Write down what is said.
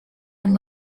and